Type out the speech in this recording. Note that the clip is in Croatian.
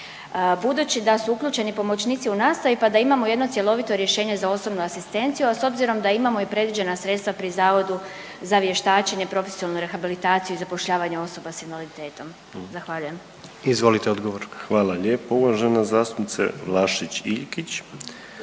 budući da su uključeni pomoćnici u nastavi pa da imamo jedno cjelovito rješenje za osobnu asistenciju, a s obzirom da imamo i predviđena sredstva pri Zavodu za vještačenje, profesionalnu rehabilitaciju i zapošljavanje osoba s invaliditetom. Zahvaljujem. **Jandroković, Gordan (HDZ)** Izvolite